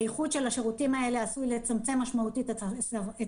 האיחוד של השירותים האלה עשוי לצמצם משמעותית את השחקנים.